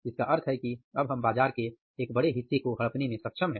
इसका अर्थ है कि हम अब बाजार के एक बड़े हिस्से को हड़पने में सक्षम है